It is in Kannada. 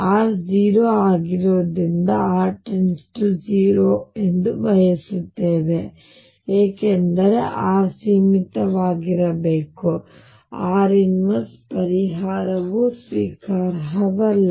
ಆರ್ 0 ಆಗಿರುವುದರಿಂದ r 0 ಸೀಮಿತವಾಗಬೇಕೆಂದು ನಾವು ಬಯಸುತ್ತೇವೆ ಏಕೆಂದರೆ r ಸೀಮಿತವಾಗಿರಬೇಕು ಮತ್ತು ಆದ್ದರಿಂದ r l ಪರಿಹಾರವು ಸ್ವೀಕಾರಾರ್ಹವಲ್ಲ